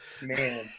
Man